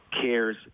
cares